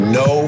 no